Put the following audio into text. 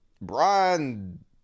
Brian